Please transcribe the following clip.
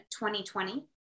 2020